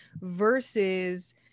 versus